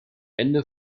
ende